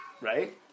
right